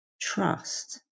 trust